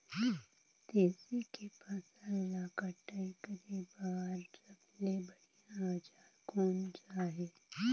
तेसी के फसल ला कटाई करे बार सबले बढ़िया औजार कोन सा हे?